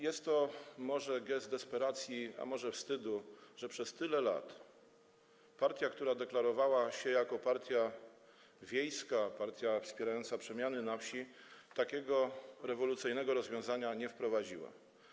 Jest to może akt desperacji, a może wstydu, że przez tyle lat partia, która deklarowała się jako partia wiejska, partia wspierająca przemiany na wsi, takiego rewolucyjnego rozwiązania nie wprowadziła.